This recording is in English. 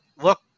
look